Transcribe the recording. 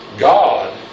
God